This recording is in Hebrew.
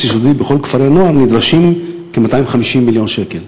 יסודי בכל כפרי-הנוער נדרשים כ-250 מיליון שקל.